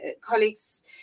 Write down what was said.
colleagues